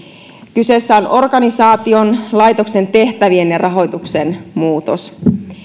kyseessä on organisaation laitoksen tehtävien ja rahoituksen muutos